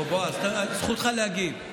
זכותך להגיב.